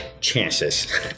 chances